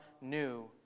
new